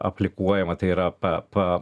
aplikuojama tai yra pa pa